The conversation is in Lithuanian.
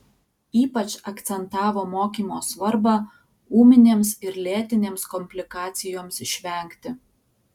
ypač akcentavo mokymo svarbą ūminėms ir lėtinėms komplikacijoms išvengti